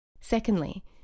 Secondly